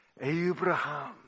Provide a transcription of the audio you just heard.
Abraham